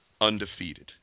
undefeated